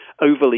overly